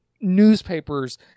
newspapers